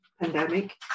pandemic